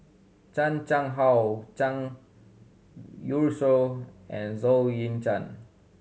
Chan Chang How Zhang Youshuo and Zhou Ying Zhan